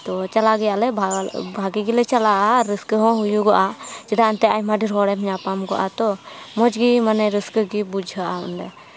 ᱛᱚ ᱪᱟᱞᱟᱜ ᱜᱮᱭᱟ ᱞᱮ ᱵᱷᱟᱜᱮ ᱜᱮᱞᱮ ᱪᱟᱞᱟᱜᱼᱟ ᱨᱟᱹᱥᱠᱟᱹ ᱦᱚᱸ ᱦᱩᱭᱩᱜᱚᱜᱼᱟ ᱪᱮᱫᱟᱜ ᱮᱱᱛᱮᱫ ᱟᱭᱢᱟ ᱰᱷᱮᱨ ᱦᱚᱲᱮᱢ ᱧᱟᱯᱟᱢ ᱠᱚᱜᱼᱟ ᱛᱚ ᱢᱚᱡᱽ ᱜᱤ ᱢᱟᱱᱮ ᱨᱟᱹᱥᱠᱟᱹ ᱜᱮ ᱵᱩᱡᱷᱟᱹᱜᱼᱟ ᱚᱸᱰᱮ